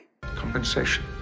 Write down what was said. Compensation